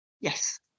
Yes